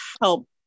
help